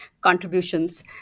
contributions